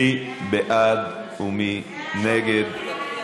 מי בעד ומי נגד?